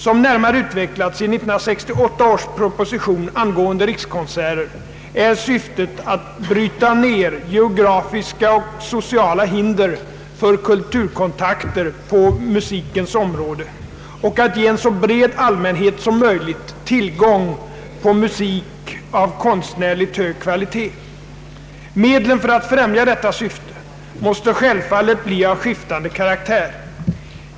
Som närmare utvecklats i 1968 års proposition angående rikskonserter är syftet att bryta ner geografiska och sociala hinder för kulturkontakter på musikens område och att ge en så bred allmänhet som möjligt tillgång på musik av konstnärligt hög kvalitet. Medlen för att främja detta syfte måste självfallet bli av skiftande karaktär.